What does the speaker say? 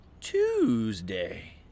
Tuesday